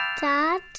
Dad